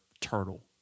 turtle